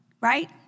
right